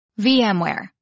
VMware